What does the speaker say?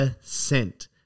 percent